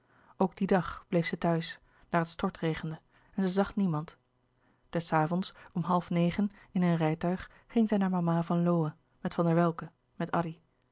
dien dag bleef zij thuis daar het stortregende en zij zag niemand des avonds om half negen in een rijtuig ging zij naar mama van lowe met van der welcke met addy